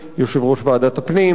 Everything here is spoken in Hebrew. יושב-ראש ועדת הפנים,